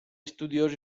studiosi